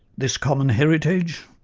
this common heritage,